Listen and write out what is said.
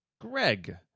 Greg